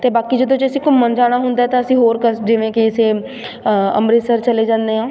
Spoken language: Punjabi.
ਅਤੇ ਬਾਕੀ ਜਦੋਂ ਜੇ ਅਸੀਂ ਘੁੰਮਣ ਜਾਣਾ ਹੁੰਦਾ ਤਾਂ ਅਸੀਂ ਹੋਰ ਕਸ ਜਿਵੇਂ ਕਿਸੇ ਅੰਮ੍ਰਿਤਸਰ ਚਲੇ ਜਾਂਦੇ ਹਾਂ